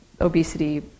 obesity